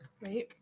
Right